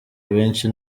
benshi